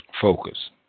focus